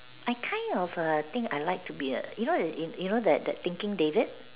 I kind of err think I like to be a you know the you you know that that thinking David